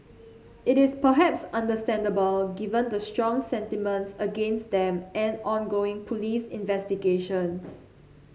it is perhaps understandable given the strong sentiments against them and ongoing police investigations